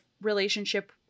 relationship